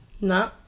no